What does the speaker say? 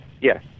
Yes